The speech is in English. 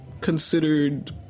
considered